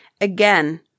Again